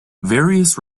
various